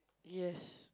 yes